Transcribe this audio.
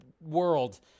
world